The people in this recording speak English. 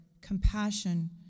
compassion